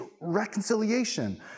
reconciliation